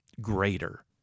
greater